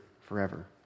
forever